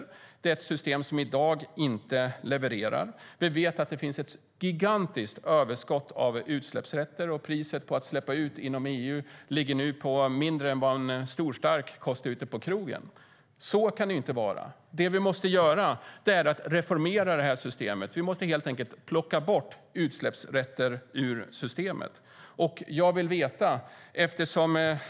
Det är ett system som inte levererar i dag. Vi vet att det finns ett gigantiskt överskott av utsläppsrätter, och priset för att släppa ut inom EU ligger nu på mindre än vad en stor stark kostar ute på krogen. Så kan det inte vara. Vi måste reformera systemet och helt enkelt plocka bort utsläppsrätter ur systemet.